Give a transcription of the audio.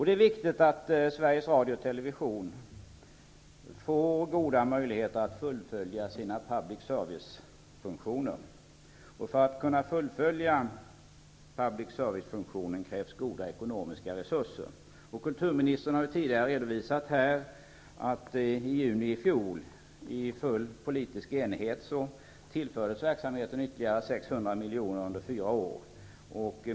Det är viktigt att Sveriges Radio och Sveriges Television får goda möjligheter att fullfölja sina public service-funktioner. För att kunna fullfölja public service-funktionen krävs goda ekonomiska resurser. Kulturministern har tidigare redovisat att verksamheten i juni i fjol, i full politisk enighet, tillfördes ytterligare 600 miljoner under fyra år.